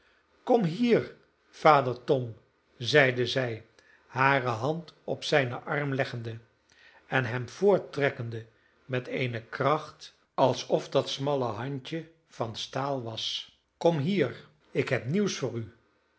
kom hier vader tom zeide zij hare hand op zijnen arm leggende en hem voorttrekkende met eene kracht alsof dat smalle handje van staal was kom hier ik heb nieuws voor u